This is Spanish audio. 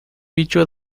bicho